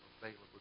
available